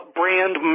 brand